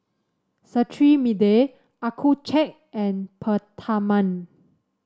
Cetrimide Accucheck and Peptamen